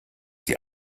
die